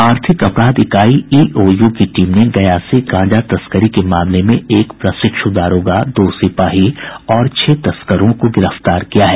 आर्थिक अपराध इकाई ईओयू की टीम ने गया से गांजा तस्करी के मामले में एक प्रशिक्षु दारोगा दो सिपाही और छह तस्करों को गिरफ्तार किया है